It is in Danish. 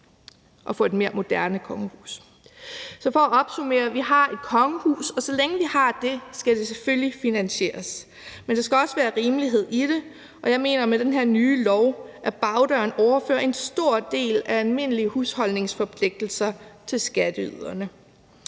og få et mere moderne kongehus. Kl. 13:30 Så for at opsummere: Vi har et kongehus, og så længe vi har det, skal det selvfølgelig finansieres, men der skal også være rimelighed i det. Jeg mener, at den her nye lov ad bagdøren overfører en stor del af almindelige husholdningsforpligtelser til skatteyderne.